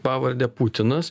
pavarde putinas